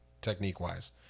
technique-wise